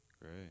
Great